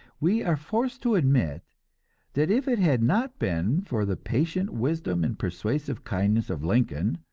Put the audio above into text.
we are forced to admit that if it had not been for the patient wisdom and persuasive kindness of lincoln,